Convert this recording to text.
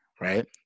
right